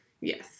Yes